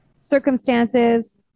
circumstances